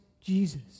Jesus